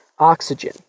oxygen